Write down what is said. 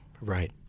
Right